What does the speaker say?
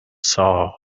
saw